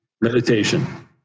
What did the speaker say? Meditation